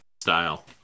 style